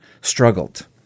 struggled